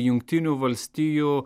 jungtinių valstijų